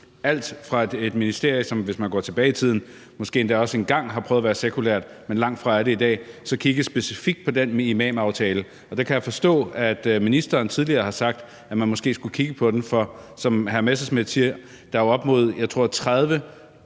tilbage i tiden, måske endda kan se også engang har prøvet at være sekulært, men langtfra er det i dag, synes vi, man skulle kigge specifikt på den imamaftale. Der kan jeg forstå, at ministeren tidligere har sagt, at man måske skulle kigge på den, for som hr. Morten Messerschmidt siger, er der jo op imod,